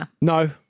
no